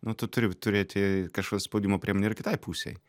nu tu turi turėti kažkokią spaudimo priemonę ir kitai pusei